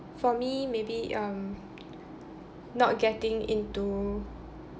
for me maybe um not getting into